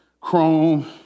chrome